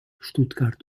stuttgart